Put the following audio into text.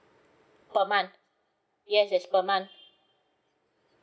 per month yes yes per month